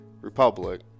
Republic